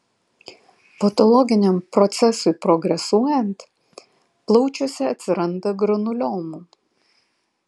patologiniam procesui progresuojant plaučiuose atsiranda granuliomų